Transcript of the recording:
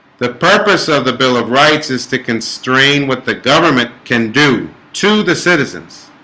the purpose of the bill of rights is to constrain what the government can do to the citizens